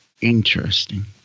interesting